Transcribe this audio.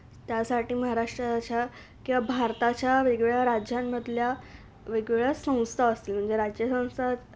त्यासाठी महाराष्ट्राच्या किंवा भारताच्या वेगवेगळ्या राज्यांमधल्या वेगवेगळ्या संस्था असतील म्हणजे राज्य संस्था